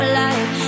life